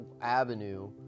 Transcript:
avenue